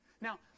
Now